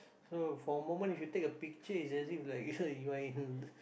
so for a moment if you take a picture it's as if like you are in